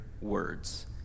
words